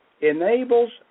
enables